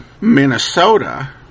Minnesota